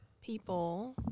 people